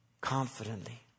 Confidently